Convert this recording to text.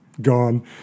gone